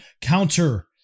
counter